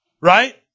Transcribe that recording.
right